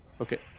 Okay